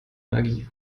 energie